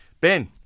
Ben